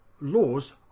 laws